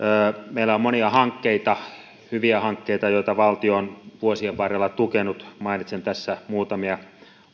meillä on monia hankkeita hyviä hankkeita joita valtio on vuosien varrella tukenut mainitsen tässä muutamia